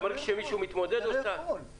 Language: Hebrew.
אני לא יכול, אני נלחם בטחנות רוח.